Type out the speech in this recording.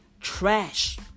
trash